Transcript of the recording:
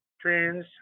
trans